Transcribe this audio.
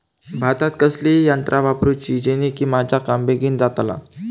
भातात कसली यांत्रा वापरुची जेनेकी माझा काम बेगीन जातला?